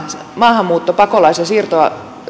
maahanmuutto pakolais ja